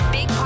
Big